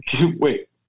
wait